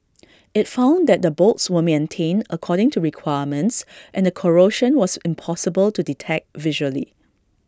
IT found that the bolts were maintained according to requirements and the corrosion was impossible to detect visually